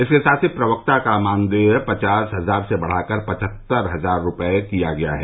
इसके साथ ही प्रवक्ता का मानदेय पचास हजार से बढ़ाकर पचहत्तर हजार रूपये किया गया है